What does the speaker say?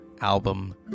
Album